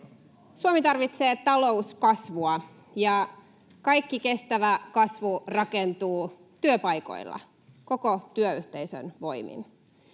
Suomi tarvitsee talouskasvua, ja kaikki kestävä kasvu rakentuu työpaikoilla koko työyhteisön voimin.